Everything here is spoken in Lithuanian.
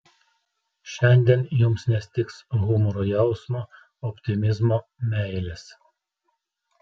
šiandien jums nestigs humoro jausmo optimizmo meilės